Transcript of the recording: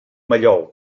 mallol